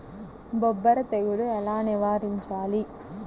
బొబ్బర తెగులు ఎలా నివారించాలి?